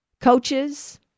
coaches